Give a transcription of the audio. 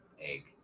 egg